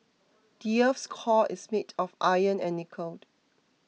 the earth's core is made of iron and nickel